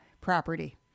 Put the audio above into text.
property